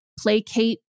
placate